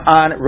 on